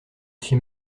suis